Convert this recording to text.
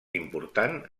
important